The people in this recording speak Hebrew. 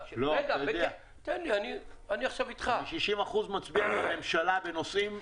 ב-60 אחוזים אני מצביע עם הממשלה בנושאים פיננסיים.